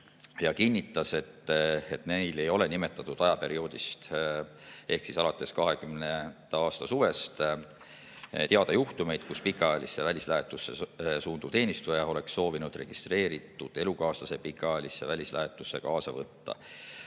ja kinnitas, et neil ei ole nimetatud ajaperioodist ehk siis alates 2020. aasta suvest teada juhtumeid, kus pikaajalisse välislähetusse suunduv teenistuja oleks soovinud registreeritud elukaaslase pikaajalisse välislähetusse kaasa võtta,